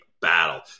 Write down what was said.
battle